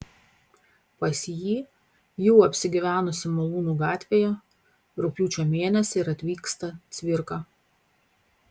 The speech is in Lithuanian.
pas jį jau apsigyvenusį malūnų gatvėje rugpjūčio mėnesį ir atvyksta cvirka